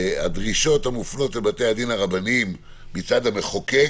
"הדרישות המופנות אל בתי הדין הרבניים מצדו של המחוקק